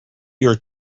your